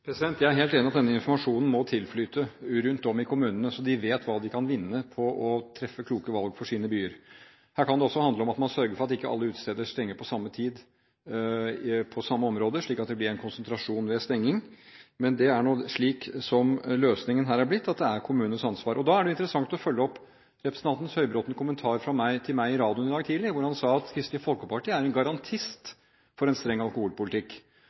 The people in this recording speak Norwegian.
helt enig i at denne informasjonen må tilflyte kommunene, slik at de vet hva de kan vinne på å treffe kloke valg for sine byer. Dette kan også handle om at man sørger for at ikke alle utesteder stenger på samme tid i det samme området slik at det blir en konsentrasjon ved stenging. Men løsningen på dette har blitt at det er kommunens ansvar, og da er det interessant å følge opp representanten Høybråtens kommentar til meg i radioen i dag tidlig, hvor han sa at Kristelig Folkeparti er en garantist for en streng alkoholpolitikk.